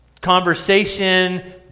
conversation